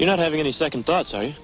you're not having any second thoughts sorry